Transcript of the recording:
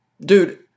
dude